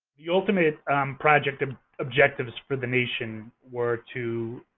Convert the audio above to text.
the ultimate project um objectives for the nation were to